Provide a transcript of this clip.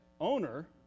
owner